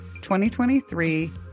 2023